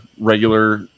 regular